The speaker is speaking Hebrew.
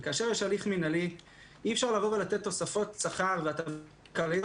כאשר יש הליך מנהלי אי-אפשר לבוא ולתת תוספות שכר וחריגות.